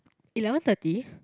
eleven thirty